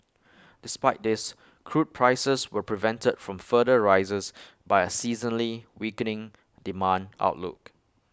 despite this crude prices were prevented from further rises by A seasonally weakening demand outlook